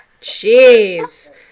Jeez